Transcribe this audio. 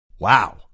Wow